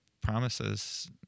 promises